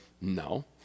No